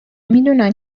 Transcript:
میدونن